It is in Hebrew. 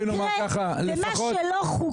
ומה שלא חוקי